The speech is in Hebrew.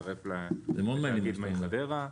להצטרף ל"מי חדרה".